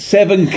Seven